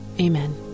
amen